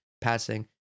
passing